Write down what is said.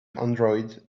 android